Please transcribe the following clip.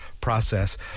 process